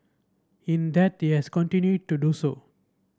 in death he has continued to do so